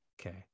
Okay